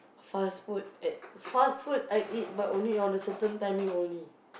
fast-food at fast-food I eat but only on a certain timing only